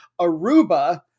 Aruba